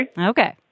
Okay